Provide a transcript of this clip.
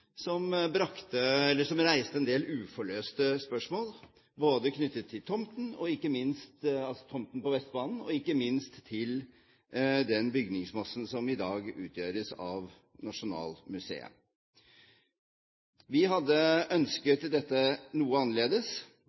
som reiste en del uforløste spørsmål knyttet til både tomten på Vestbanen og ikke minst den bygningsmassen som i dag utgjøres av Nasjonalmuseet. Vi hadde ønsket dette noe annerledes,